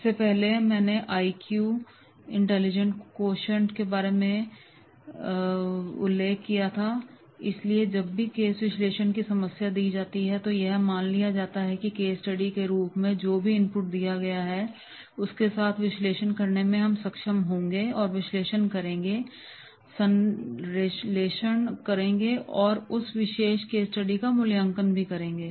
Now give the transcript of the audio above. इससे पहले मैंने आई क्यू इंटेलिजेंट क्वोटिएंट के बारे में उल्लेख किया है इसलिए जब भी केस विश्लेषण में समस्या दी जाती है तो यह मान लिया जाता है कि केस स्टडी के रूप में जो भी इनपुट दिया गया है उसके साथ विश्लेषण करने में हम सक्षम होंगे और विश्लेषण करेंगे संश्लेषण करेंगे और उस विशेष केस स्टडी का मूल्यांकन भी करेंगे